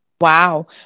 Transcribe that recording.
Wow